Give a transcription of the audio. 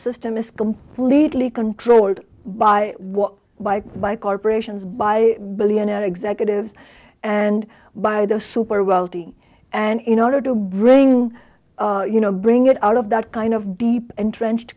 system is completely controlled by what by by corporations by billionaire executives and by the super wealthy and in order to bring you know bring it out of that kind of deep entrenched